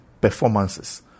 performances